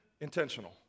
intentional